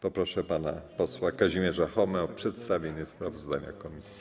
Proszę pana posła Kazimierza Chomę o przedstawienie sprawozdania komisji.